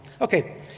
Okay